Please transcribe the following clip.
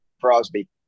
Crosby